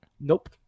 Nope